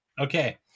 Okay